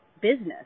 business